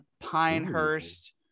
Pinehurst